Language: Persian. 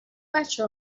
بچه